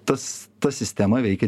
tas ta sistema veikia